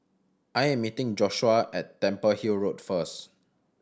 I am meeting Joshuah at Temple Hill Road first